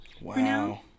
Wow